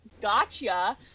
gotcha